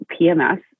PMS